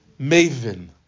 maven